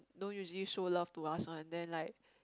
don't usually show love to us one then like